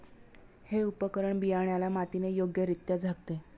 हे उपकरण बियाण्याला मातीने योग्यरित्या झाकते